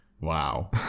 wow